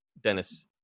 Dennis